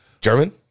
German